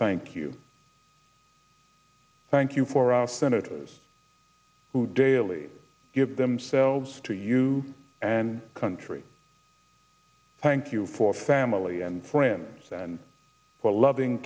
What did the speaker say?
thank you thank you for our senators who daily give themselves to you and country thank you for family and friends and for loving